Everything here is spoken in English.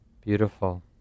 beautiful